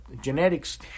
genetics